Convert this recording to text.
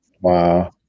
Wow